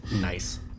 Nice